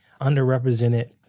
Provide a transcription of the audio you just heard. underrepresented